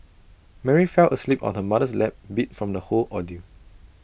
Mary fell asleep on her mother's lap beat from the whole ordeal